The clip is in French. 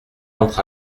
entre